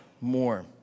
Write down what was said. more